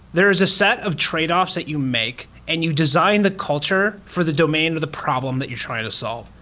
there is a set of tradeoffs that you make and you design the culture for the domain of the problem that you're trying to solve,